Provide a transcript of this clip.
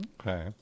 Okay